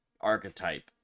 archetype